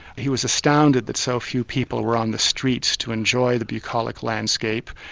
he was astounded that so few people were on the streets to enjoy the bucolic landscape,